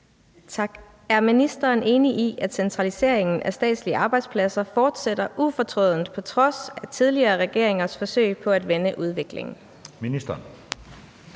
(DD): Er ministeren enig i, at centraliseringen af statslige arbejdspladser fortsætter ufortrødent på trods af tidligere regeringers forsøg på at vende udviklingen? Anden